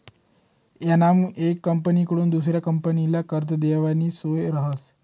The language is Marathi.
यानामा येक कंपनीकडथून दुसरा कंपनीले कर्ज देवानी सोय रहास